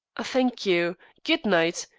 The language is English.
thank you. good-night.